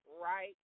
right